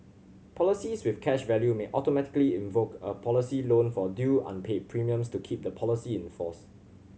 policies with cash value may automatically invoke a policy loan for due unpaid premiums to keep the policy in force